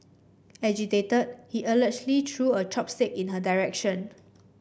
agitated he allegedly threw a chopstick in her direction